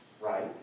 right